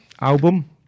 album